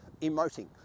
emoting